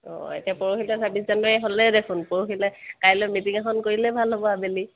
অঁ এতিয়া পৰহিলে ছাবিছ জানুৱাৰী হ'লেই দেখোন পৰহিলে কাইলৈ মিটিং এখন কৰিলেই ভাল হ'ব আবেলি